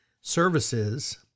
services